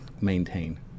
maintain